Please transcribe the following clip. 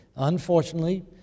Unfortunately